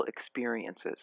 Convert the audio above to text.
experiences